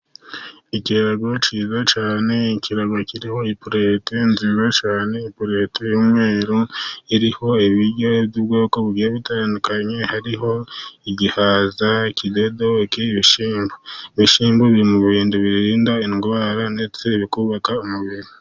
Ikirago kiza cyane, ikirago kiriho ipureti nziza cyane, ipureti y'umweru iriho ibiryo by'ubwoko butandukanye hariho; igihaza, kikidodoki, ibishyimbo. Ibishyimbo biri mu bintu birinda indwara ndetse bikubaka umubiri.